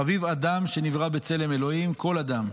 חביב אדם שנברא בצלם אלוהים, כל אדם.